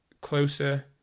closer